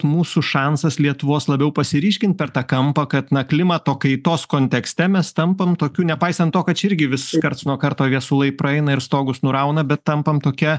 mūsų šansas lietuvos labiau pasiryžkim per tą kampą kad na klimato kaitos kontekste mes tampam tokiu nepaisant to kad čia irgi vis karts nuo karto viesulai praeina ir stogus nurauna bet tampam tokia